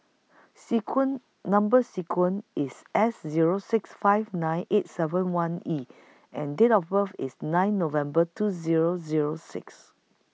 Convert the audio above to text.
sequin Number sequin IS S Zero six five nine eight seven one E and Date of birth IS nine November two Zero Zero six